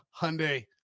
hyundai